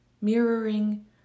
mirroring